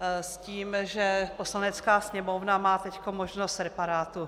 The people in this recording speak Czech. s tím, že Poslanecká sněmovna má teď možnost reparátu.